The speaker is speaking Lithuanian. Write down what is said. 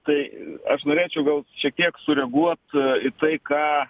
tai aš norėčiau gal šiek tiek sureaguot į tai ką